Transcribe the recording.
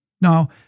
Now